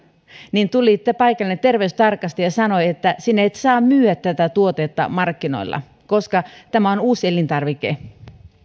tuli paikallinen terveystarkastaja ja sanoi että sinä et saa myydä tätä tuotetta markkinoilla koska tämä on uusi elintarvike